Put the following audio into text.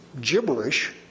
gibberish